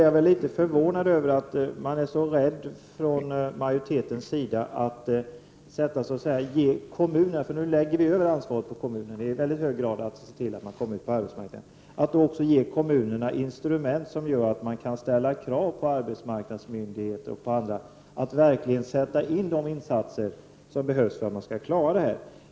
Jag är förvånad över att majoriteten är så rädd — nu läggs ansvaret över på kommunerna att se till att invandrarna kommer ut på arbetsmarknaden — att ge kommunerna instrument som gör att de kan ställa krav på arbetsmarknadsmyndigheter och andra att verkligen göra de insatser som behövs för att klara situationen.